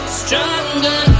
stronger